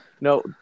No